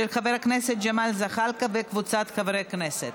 של חבר הכנסת ג'מאל זחאלקה וקבוצת חברי הכנסת.